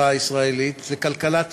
היא מהלך הכרחי לחברה הישראלית ולכלכלת ישראל.